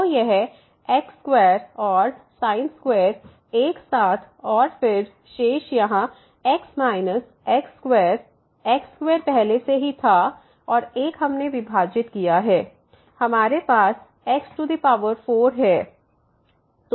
तो यहx2 और sin2 एक साथ और फिर शेष यहाँ x x2 x2 पहले से ही था और 1 हमने विभाजित किया है हमारे पास x4 है